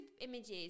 images